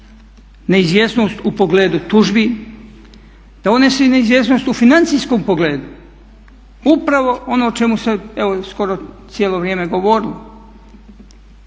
neizvjesnost u pogledu tužbi, da on nosi neizvjesnost u financijskom pogledu upravo ono o čemu se, evo i skoro cijelo vrijeme govorilo